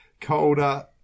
Colder